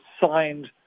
signed